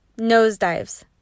nosedives